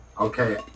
Okay